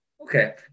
Okay